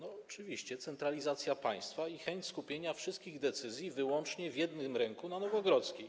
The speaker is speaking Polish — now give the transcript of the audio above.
Oczywiście centralizacja państwa i chęć skupienia wszystkich decyzji wyłącznie w jednym ręku na Nowogrodzkiej.